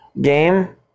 game